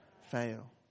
fail